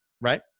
right